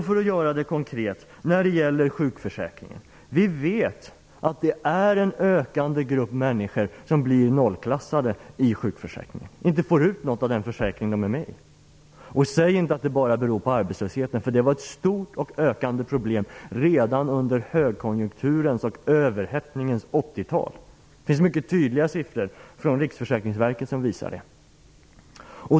För att göra det konkret vet vi att det är ett ökande antal människor som blir nollklassade i sjukförsäkringen och inte får ut något av den försäkring de är med i. Säg inte att det bara beror på arbetslösheten, för det var ett stort ökande problem redan under högkonjunkturens och överhettningens 80-tal! Det finns mycket tydliga siffror från Riksförsäkringsverket som visar det.